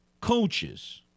coaches –